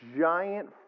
giant